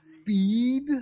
speed